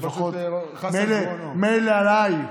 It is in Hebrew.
מילא עליי,